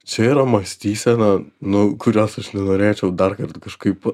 čia yra mąstysena nu kurios aš nenorėčiau dar kartą kažkaip